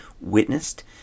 witnessed